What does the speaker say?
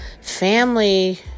family